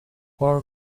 war